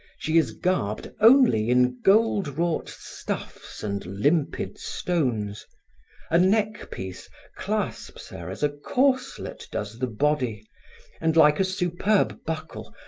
she is garbed only in gold-wrought stuffs and limpid stones a neck-piece clasps her as a corselet does the body and, like a superb buckle,